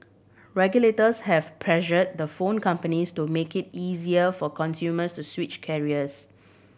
regulators have pressure the phone companies to make it easier for consumers to switch carriers